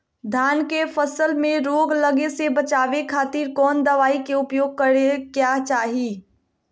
धान के फसल मैं रोग लगे से बचावे खातिर कौन दवाई के उपयोग करें क्या चाहि?